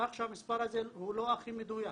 כך שהמספר הזה לא הכי מדויק.